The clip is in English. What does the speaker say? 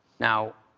now,